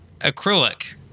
Acrylic